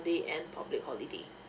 and public holiday